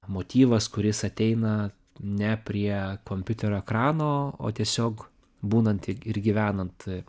motyvas kuris ateina ne prie kompiuterio ekrano o tiesiog būnant ir ir gyvenant